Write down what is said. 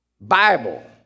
Bible